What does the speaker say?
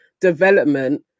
development